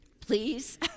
please